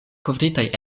kovritaj